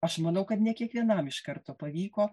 aš manau kad ne kiekvienam iš karto pavyko